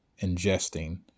ingesting